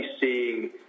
seeing